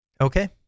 Okay